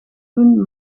doen